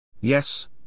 Yes